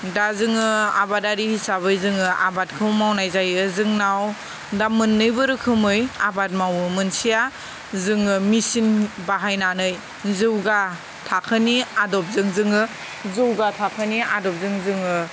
दा जोङो आबादारि हिसाबै जोङो आबादखौ मावनाय जायो जोंनाव दा मोननैबो रोखोमै आबाद मावो मोनसेया जोङो मेचिन बाहायनानै जौगा थाखोनि आदबजों जोङो जौगा थाखोनि आदबजों जोङो